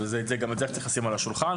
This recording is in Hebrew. גם את זה צריך לשים על השולחן.